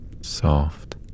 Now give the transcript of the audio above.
soft